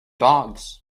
dogs